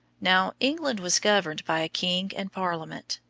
now, england was governed by a king and parliament.